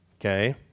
Okay